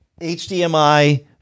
HDMI